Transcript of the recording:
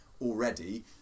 already